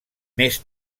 més